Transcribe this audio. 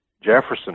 Jefferson